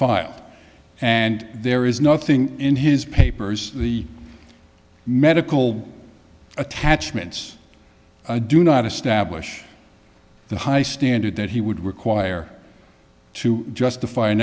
filed and there is nothing in his papers the medical attachments i do not establish the high standard that he would require to justify an